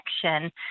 connection